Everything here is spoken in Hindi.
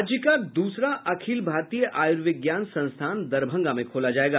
राज्य का दूसरा अखिल भारतीय आयुर्विज्ञान संस्थान दरभंगा में खोला जायेगा